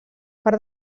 part